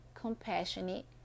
compassionate